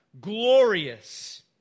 glorious